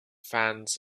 fans